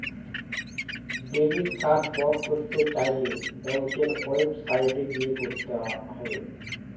debit card block করতে চাইলে ব্যাঙ্কের ওয়েবসাইটে গিয়ে করতে হবে